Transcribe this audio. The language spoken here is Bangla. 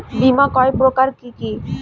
বীমা কয় প্রকার কি কি?